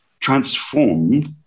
transformed